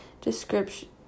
description